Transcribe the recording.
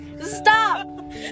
stop